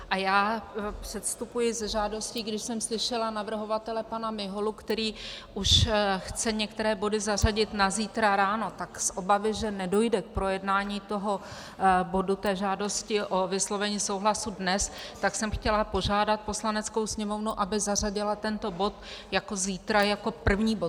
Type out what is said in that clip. A já předstupuji se žádostí, když jsem slyšela navrhovatele pana Miholu, který už chce některé body zařadit na zítra ráno, tak z obavy, že nedojde k projednání toho bodu, té žádosti o vyslovení souhlasu, dnes, tak jsem chtěla požádat Poslaneckou sněmovnu, aby zařadila tento bod zítra jako první bod.